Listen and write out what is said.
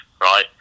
right